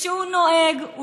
וכשהוא נוהג,